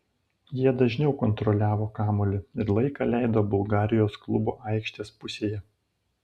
jie dažniau kontroliavo kamuolį ir laiką leido bulgarijos klubo aikštės pusėje